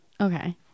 Okay